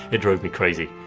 it drove me crazy.